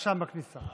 הוא היה שם, בכניסה.